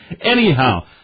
Anyhow